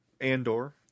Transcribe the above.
Andor